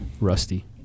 Rusty